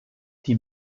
die